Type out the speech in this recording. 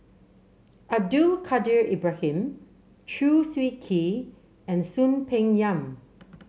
Abdul Kadir Ibrahim Chew Swee Kee and Soon Peng Yam